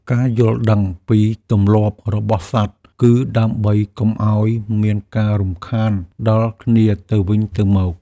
ការយល់ដឹងពីទម្លាប់របស់សត្វ គឺដើម្បីកុំឱ្យមានការរំខានដល់គ្នាទៅវិញទៅមក។